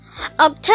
October